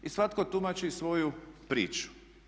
I svatko tumači svoju priču.